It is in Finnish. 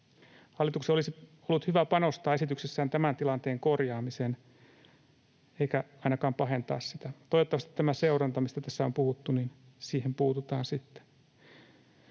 Hallituksen olisi ollut hyvä panostaa esityksessään tämän tilanteen korjaamiseen eikä ainakaan pahentaa sitä. Toivottavasti tässä seurannassa, mistä tässä on puhuttu, siihen puututaan sitten.